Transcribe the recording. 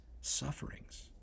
sufferings